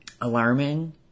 Alarming